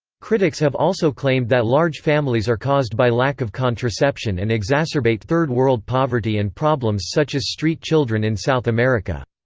critics have also claimed that large families are caused by lack of contraception and exacerbate third world poverty and problems such as street children in south america.